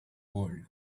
world